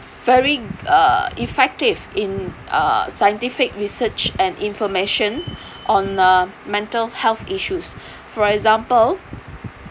very uh effective in uh scientific research and information on uh mental health issues for example